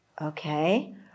okay